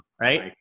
right